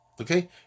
Okay